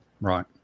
Right